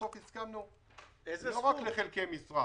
בסוף הסכמנו לא רק לחלקי משרה.